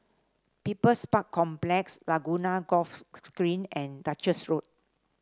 People's Park Complex Laguna Golf Green and Duchess Road